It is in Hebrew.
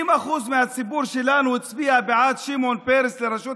90% מהציבור שלנו הצביע בעד שמעון פרס לראשות